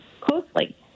closely